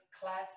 class